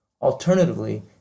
Alternatively